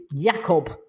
Jacob